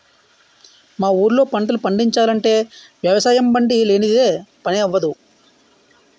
మా ఊళ్ళో పంటలు పండిచాలంటే వ్యవసాయబండి లేనిదే పని అవ్వదు